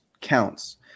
counts